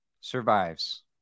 survives